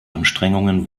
anstrengungen